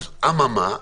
אבל מה?